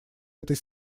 этой